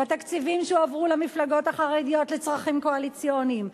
בתקציבים שהועברו למפלגות החרדיות לצרכים קואליציוניים,